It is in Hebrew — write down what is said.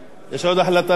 יש החלטה נוספת.